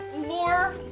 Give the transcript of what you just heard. more